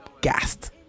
gassed